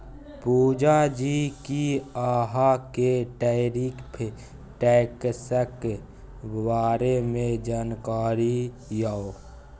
पुजा जी कि अहाँ केँ टैरिफ टैक्सक बारे मे जानकारी यै?